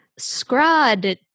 Scrod